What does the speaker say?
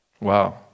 Wow